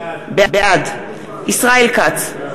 בעד ישראל כץ,